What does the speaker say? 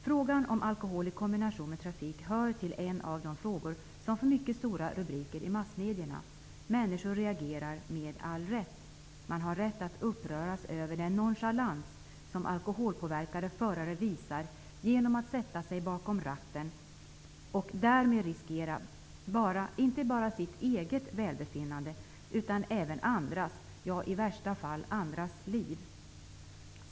Frågan om alkohol i kombination med trafik hör till de frågor som får mycket stora rubriker i massmedierna. Människor reagerar med all rätt. Man har rätt att uppröras över den nonchalans som alkoholpåverkade förare visar genom att sätta sig bakom ratten och därmed riskera inte bara sitt eget välbefinnande, utan även andras, ja, i värsta fall andras liv.